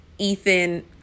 Ethan